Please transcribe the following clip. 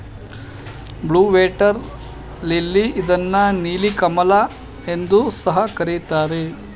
blue water lily ಇದನ್ನು ನೀಲಿ ಕಮಲ ಎಂದು ಸಹ ಕರಿತಾರೆ